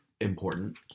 important